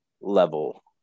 level